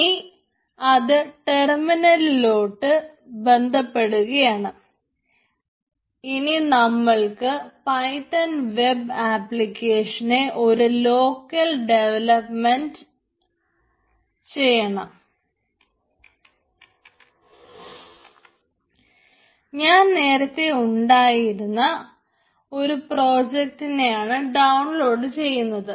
ഇനി അത് ടെർമിനലിലോട്ട് ചെയ്യണം ഞാൻ നേരത്തെ ഉണ്ടായിരുന്ന ഒരു പ്രോജക്ടിനെയാണ് ഡൌൺലോഡ് ചെയ്യുന്നത്